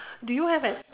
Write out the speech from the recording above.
do you have that